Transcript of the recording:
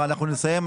אנחנו נסיים,